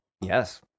Yes